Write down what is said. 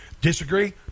Disagree